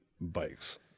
bikes